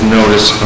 notice